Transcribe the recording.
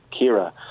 Kira